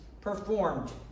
performed